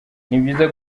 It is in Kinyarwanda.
byiza